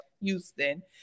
Houston